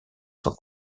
sont